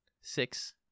Six